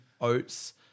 oats